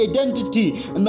identity